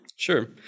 Sure